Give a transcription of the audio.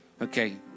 okay